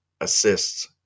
assists